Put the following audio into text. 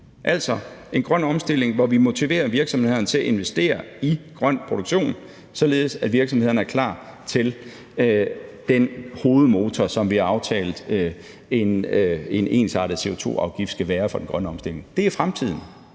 altså en grøn omstilling, hvor vi motiverer virksomhederne til at investere i grøn produktion, således at virksomhederne er klar til den hovedmotor, som vi har aftalt at en ensartet CO2-afgift skal være for den grønne omstilling. Det er fremtiden